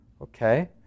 okay